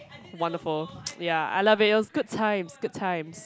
wonderful ya I love it it was good times good times